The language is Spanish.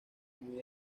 muy